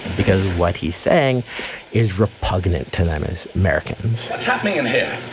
because of what he's saying is repugnant to them as americans. it's happening in here